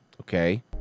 Okay